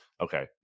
Okay